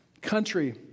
country